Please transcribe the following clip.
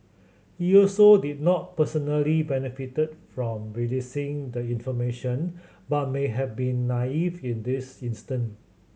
he also did not personally benefit from releasing the information but may have been naive in this instance